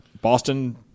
Boston